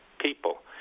people